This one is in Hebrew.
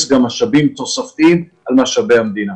גם משאבים תוספתיים על משאבי המדינה.